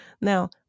Now